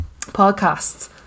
podcasts